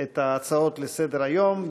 את ההצעות לסדר-היום,